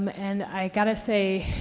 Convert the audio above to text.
um and i got to say,